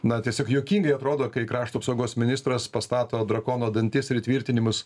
na tiesiog juokingai atrodo kai krašto apsaugos ministras pastato drakono dantis ir įtvirtinimus